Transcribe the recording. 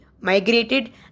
migrated